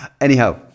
Anyhow